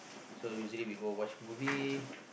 so usually we go watch movie